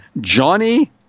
Johnny